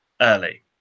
early